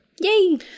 Yay